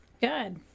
Good